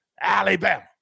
Alabama